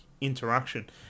interaction